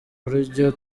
buryo